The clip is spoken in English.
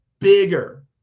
bigger